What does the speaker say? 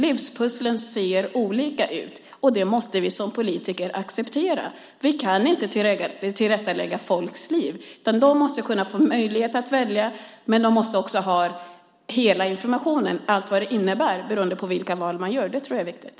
Livspusslen ser olika ut. Det måste vi som politiker acceptera. Vi kan inte tillrättalägga folks liv. De måste få möjlighet att välja, men de måste också ha hela informationen, det vill säga vad olika val innebär. Det är viktigt.